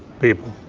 people.